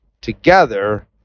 together